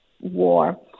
war